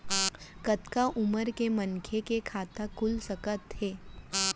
कतका उमर के मनखे के खाता खुल सकथे?